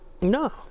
No